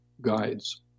guides